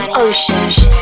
ocean